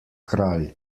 kralj